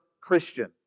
Christian